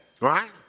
right